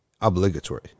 Obligatory